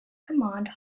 command